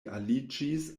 aliĝis